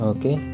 Okay